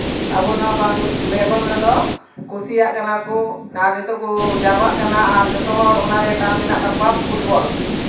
ᱟᱵᱚ ᱱᱚᱣᱟ ᱵᱮᱝᱜᱚᱞ ᱨᱮᱫᱚ ᱠᱩᱥᱤᱭᱟᱜ ᱠᱟᱱᱟ ᱠᱚ ᱟᱨ ᱱᱤᱛᱚᱜ ᱠᱚ ᱡᱟᱨᱣᱟᱜ ᱠᱟᱱᱟ ᱟᱨ ᱡᱚᱛᱚ ᱦᱚᱲ ᱚᱱᱟ ᱨᱮ ᱴᱟᱱ ᱢᱮᱱᱟᱜ ᱛᱟᱠᱚᱣᱟ ᱯᱷᱩᱴᱵᱚᱞ